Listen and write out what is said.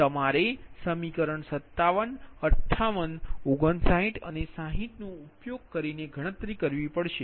તમારે સમીકરણ 57 58 59 અને 60 નો ઉપયોગ કરીને ગણતરી કરવી પડશે